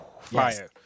Fire